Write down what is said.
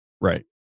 Right